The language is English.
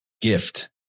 gift